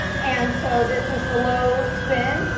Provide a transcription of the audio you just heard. and so this is the low spin.